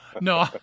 no